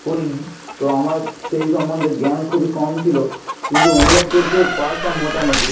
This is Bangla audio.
পড়ি নি তো আমার সেই সম্বন্ধে জ্ঞান খুবই কম ছিলো কিন্তু অনুবাদ করতে পারতাম মোটামুটি